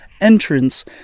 entrance